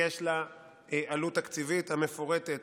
יש לה עלות תקציבית המפורטת